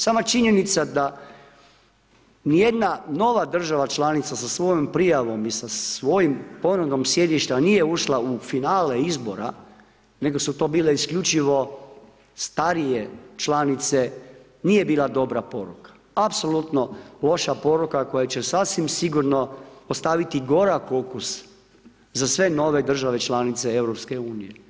Sama činjenica da nijedna nova država članica sa svojom prijavom i sa svojim ponovnim sjedištima nije ušla u finale izbora nego su to bile isključivo starije članice nije bila dobra poruka, apsolutno loša poruka koja će sasvim sigurno ostaviti gorak okus za sve nove države članice EU.